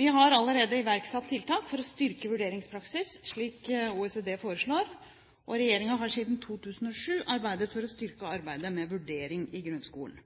Vi har allerede iverksatt tiltak for å styrke vurderingspraksis, slik OECD foreslår. Regjeringen har siden 2007 arbeidet for å styrke arbeidet med vurdering i grunnskolen.